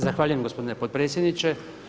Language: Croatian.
Zahvaljujem gospodine potpredsjedniče.